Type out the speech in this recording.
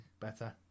better